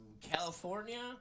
California